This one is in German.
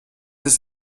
ist